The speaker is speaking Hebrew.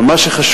אבל מה שחשוב,